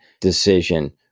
decision